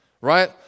Right